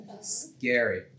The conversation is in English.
Scary